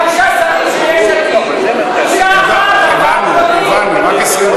חמישה שרים של יש עתיד, אישה אחת, ארבעה גברים.